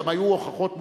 גם היו הוכחות מוחלטות.